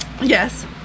Yes